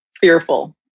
fearful